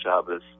Shabbos